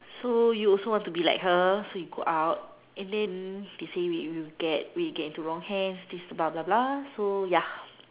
so you also want to be like her so you go out and then they say will get will get into wrong hands this bla bla bla so ya